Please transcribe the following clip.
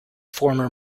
former